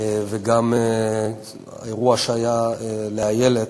וגם האירוע שהיה לאיילת.